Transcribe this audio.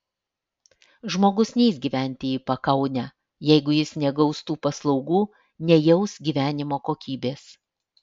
žmogus neis gyventi į pakaunę jeigu jis negaus tų paslaugų nejaus gyvenimo kokybės